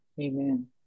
Amen